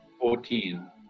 Fourteen